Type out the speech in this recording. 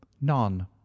none